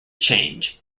change